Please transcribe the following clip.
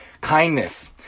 kindness